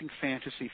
Fantasy